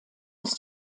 ist